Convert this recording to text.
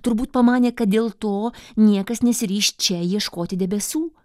turbūt pamanė kad dėl to niekas nesiryš čia ieškoti debesų